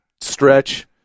stretch